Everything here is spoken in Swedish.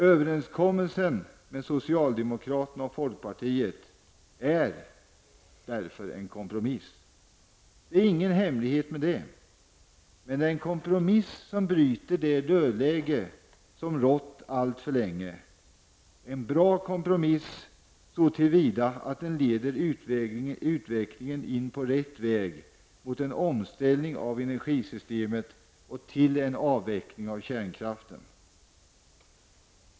Överenskommelsen med socialdemokraterna och folkpartiet är en kompromiss -- och det är ingen hemlighet -- som bryter det dödläge som rått alltför länge. Det är en bra kompromiss så till vida att den leder utvecklingen in på rätt väg mot en omställning av energisystemet och till en avveckling av kärnkraften.